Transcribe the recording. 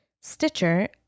Stitcher